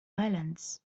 islands